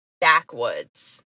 Backwoods